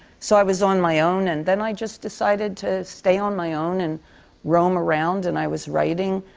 so, i was on my own, and then i just decided to stay on my own and roam around, and i was writing,